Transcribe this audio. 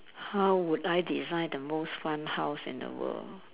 how would I design the most fun house in the world